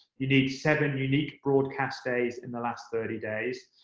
you need seven unique broadcast days in the last thirty days.